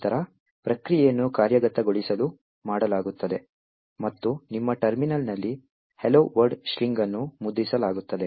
ನಂತರ ಪ್ರಕ್ರಿಯೆಯನ್ನು ಕಾರ್ಯಗತಗೊಳಿಸಲು ಮಾಡಲಾಗುತ್ತದೆ ಮತ್ತು ನಿಮ್ಮ ಟರ್ಮಿನಲ್ನಲ್ಲಿ hello world ಸ್ಟ್ರಿಂಗ್ ಅನ್ನು ಮುದ್ರಿಸಲಾಗುತ್ತದೆ